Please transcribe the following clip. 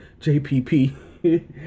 JPP